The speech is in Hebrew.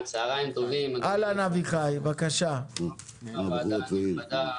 צוהריים טובים לוועדה הנכבדה.